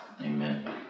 Amen